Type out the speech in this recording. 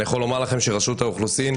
אני יכול לומר לכם שרשות האוכלוסין,